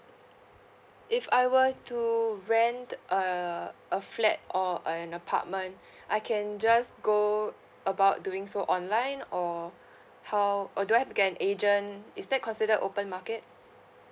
if I were to rent uh a flat or an apartment I can just go about doing so online or how or do I have to get an agent is that considered open market